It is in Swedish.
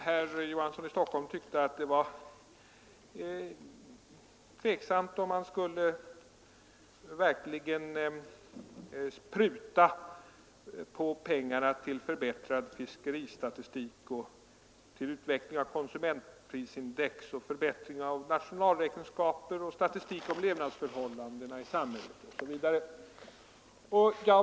Herr Johansson tyckte att det var tveksamt huruvida man skulle pruta på anslagen till förbättrad fiskeristatistik, utveckling av konsumentprisindex, förbättring av nationalräkenskaperna och statistiken över levnadsförhållandena i samhället, osv.